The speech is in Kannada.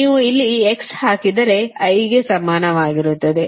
ನೀವು ಇಲ್ಲಿ x ಹಾಕಿದರೆ l ಗೆ ಸಮಾನವಾಗಿರುತ್ತದೆ